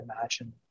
imagine